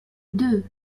deux